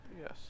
yes